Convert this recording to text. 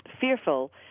fearful